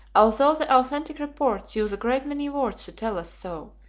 although the authentic reports use a great many words to tell us so,